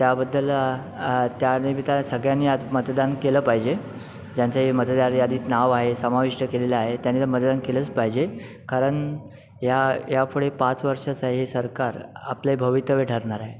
त्याबद्दल त्यानिमित्ताने सगळ्यांनी आज मतदान केलं पाहिजे ज्यांचं हे मतदान यादीत नाव आहे समाविष्ट केलेलं आहे त्यांनी तर मतदान केलंच पाहिजे कारण या यापुढे पाच वर्षाचा हे सरकार आपले भवितव्य ठरणार आहे